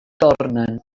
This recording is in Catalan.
tornen